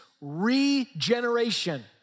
regeneration